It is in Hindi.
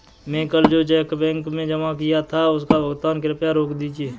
मैं कल जो चेक बैंक में जमा किया था उसका भुगतान कृपया रोक दीजिए